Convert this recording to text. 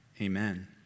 Amen